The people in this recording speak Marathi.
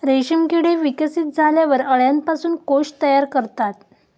रेशीम किडे विकसित झाल्यावर अळ्यांपासून कोश तयार करतात